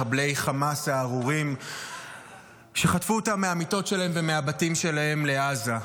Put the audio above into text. מחבלי חמאס הארורים שחטפו אותם מהמיטות שלהם ומהבתים שלהם לעזה.